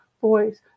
voice